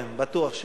כן, בטוח שלא.